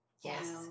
Yes